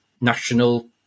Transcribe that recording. national